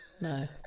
No